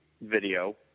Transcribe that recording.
video